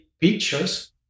pictures